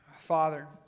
Father